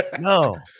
no